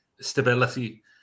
Stability